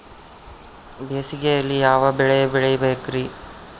ಬೇಸಿಗೆಯಲ್ಲಿ ಯಾವ ಬೆಳೆ ಬೆಳಿಬೇಕ್ರಿ?